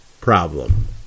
problem